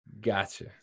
Gotcha